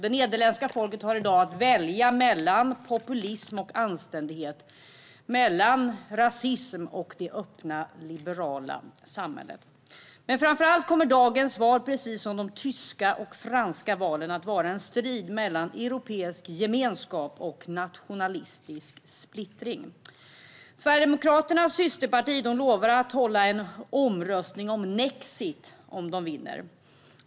Det nederländska folket har i dag att välja mellan populism och anständighet, mellan rasism och det öppna, liberala samhället. Framför allt kommer dagens val, precis som de tyska och franska valen, att vara en strid mellan europeisk gemenskap och nationalistisk splittring. Sverigedemokraternas systerparti lovar att hålla en omröstning om nexit, om man vinner.